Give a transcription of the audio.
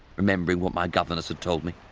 remembering what my governess had told me.